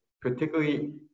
particularly